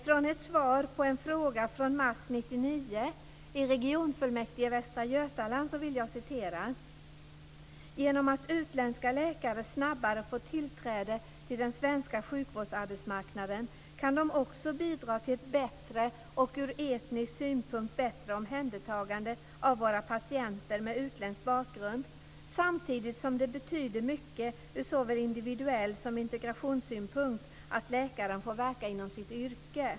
Från ett svar på en fråga från mars 1999 i regionfullmäktige, Västra Götaland, vill jag citera följande: "Genom att utländska läkare snabbare får tillträde till den svenska sjukvårdsarbetsmarknaden kan de också bidra till ett bättre och ur etnisk synpunkt bättre omhändertagande av våra patienter med utländsk bakgrund samtidigt som det betyder mycket ur såväl individuell som integrationssynpunkt att läkaren får verka inom sitt yrke."